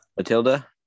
Matilda